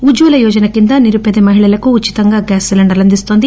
ఉజ్వల యోజన కింద నిరుపేద మహిళలకు ఉచితంగా గ్యాస్ సిలిండర్లను అందిస్తుంది